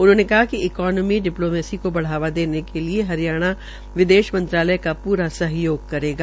उन्होंने कहा कि इकोनोमी डिप्लोमैसी को बढ़ावा देने के लिये हरियाणा विदेश मंत्रालय का पूरा सहायोग करेगा